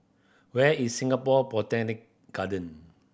where is Singapore Botanic Garden